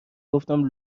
گفتم